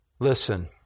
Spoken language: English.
Listen